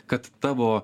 kad tavo